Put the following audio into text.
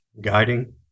guiding